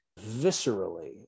viscerally